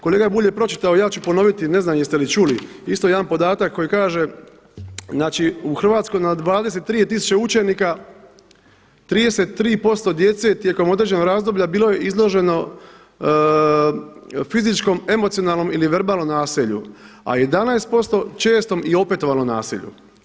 Kolega Bulj je pročitao, ja ću ponoviti, ne znam jeste li čuli isto jedan podatak koji kaže, znači u Hrvatskoj na 23 je tisuće učenika 33% djece tijekom određenog razdoblja bilo je izloženo fizičkom, emocionalnom ili verbalnom nasilju a 11% čestom i opetovanom nasilju.